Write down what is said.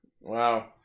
Wow